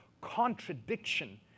contradiction